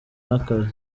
n’akazi